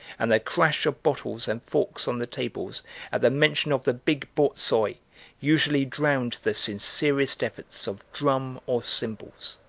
and the crash of bottles and forks on the tables at the mention of the big borzoi usually drowned the sincerest efforts of drum or cymbals.